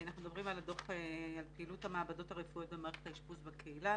אנחנו מדברים על הדוח על פעילות המעבדות הרפואיות ומערכת האשפוז בקהילה.